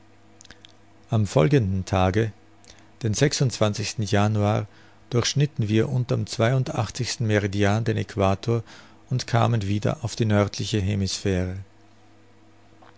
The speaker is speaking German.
am folgenden tage den januar durchschnitten wir unter'm zweiundachtzigsten meridian den aequator und kamen wieder auf die nördliche hemisphäre